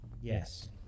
Yes